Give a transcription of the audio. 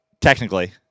technically